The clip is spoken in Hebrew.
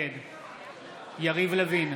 נגד יריב לוין,